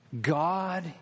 God